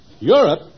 Europe